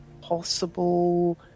possible